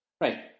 Right